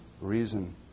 reason